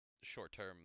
short-term